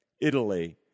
Italy